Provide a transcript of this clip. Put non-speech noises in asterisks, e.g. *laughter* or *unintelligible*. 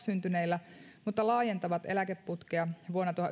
*unintelligible* syntyneillä mutta laajentavat eläkeputkea vuonna